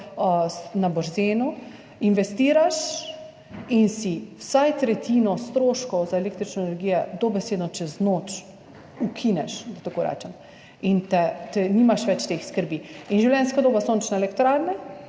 na Borzenu, investiraš in si vsaj tretjino stroškov za električno energijo dobesedno čez noč ukineš, da tako rečem, in nimaš več teh skrbi. Življenjska doba sončne elektrarne